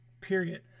Period